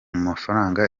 mafaranga